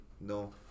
No